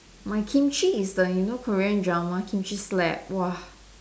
my kimchi is the you know Korean drama kimchi slap !wah!